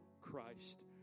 Christ